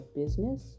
business